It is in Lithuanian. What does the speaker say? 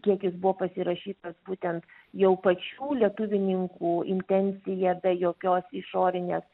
kiek jis buvo pasirašytas būtent jau pačių lietuvininkų intencija be jokios išorinės